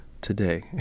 Today